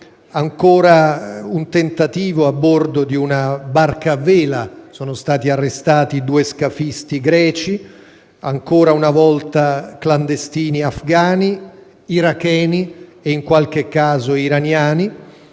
stato un tentativo a bordo di una barca a vela e sono stati arrestati due scafisti greci: nuovamente, clandestini afgani, iracheni e - in qualche caso - iraniani.